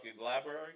library